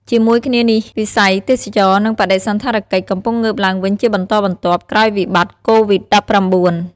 ជាមួយគ្នានេះ វិស័យ ទេសចរណ៍ និងបដិសណ្ឋារកិច្ច កំពុងងើបឡើងវិញជាបន្តបន្ទាប់ ក្រោយវិបត្តិកូវីដ-១៩។